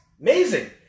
Amazing